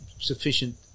sufficient